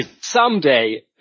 someday